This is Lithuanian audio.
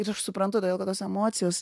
ir aš suprantu todėl kad tos emocijos